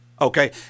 Okay